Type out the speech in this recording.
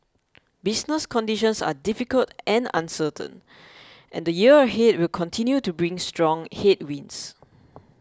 business conditions are difficult and uncertain and the year ahead will continue to bring strong headwinds